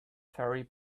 ferry